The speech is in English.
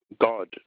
God